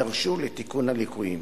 והם יידרשו לתיקון הליקויים.